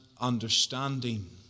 understanding